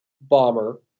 bomber